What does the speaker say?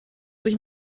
sich